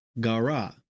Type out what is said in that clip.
gara